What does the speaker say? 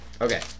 Okay